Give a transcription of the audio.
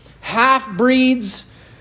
half-breeds